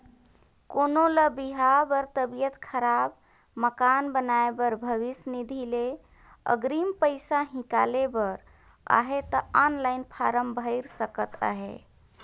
कोनो ल बिहा बर, तबियत खराब, मकान बनाए बर भविस निधि ले अगरिम पइसा हिंकाले बर अहे ता ऑनलाईन फारम भइर सकत अहे